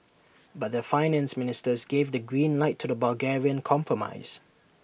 but their finance ministers gave the green light to the Bulgarian compromise